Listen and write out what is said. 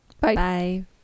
Bye